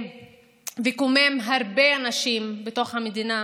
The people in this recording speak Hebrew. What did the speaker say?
וקומם הרבה אנשים בתוך המדינה,